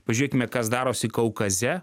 pažiūrėkim kas darosi kaukaze